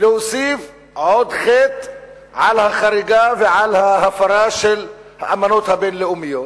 להוסיף עוד חטא על החריגה ועל ההפרה של האמנות הבין-לאומיות,